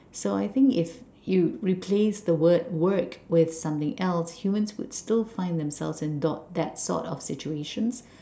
so I think if you replace the word work with something else humans would still find themselves in that sort of situations